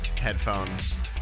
headphones